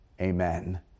amen